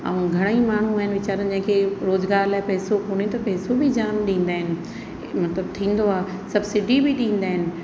ऐं घणेई माण्हू आहिनि वेचारा जंहिंखे रोजगार लाइ पैसो कोन्हे त पैसो बि जाम ॾींदा आहिनि मतिलबु थींदो आहे सब्सिडी बि ॾींदा आहिनि